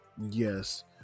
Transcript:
Yes